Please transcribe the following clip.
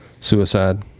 suicide